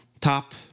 Top